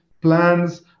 plans